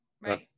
Right